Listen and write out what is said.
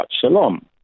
Shalom